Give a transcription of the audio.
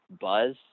buzz